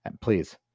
please